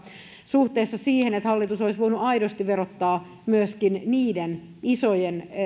suhteessa siihen että hallitus olisi voinut aidosti verottaa myöskin isojen